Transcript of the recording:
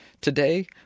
today